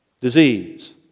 disease